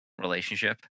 relationship